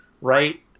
Right